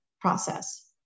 process